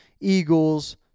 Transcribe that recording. eagles